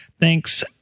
Thanks